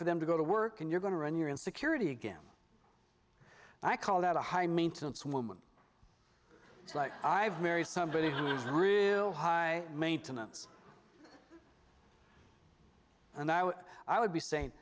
for them to go to work and you're going to run your own security again i call that a high maintenance woman it's like i've marry somebody who was real high maintenance and that i would be saying